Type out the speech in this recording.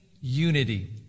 unity